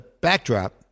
backdrop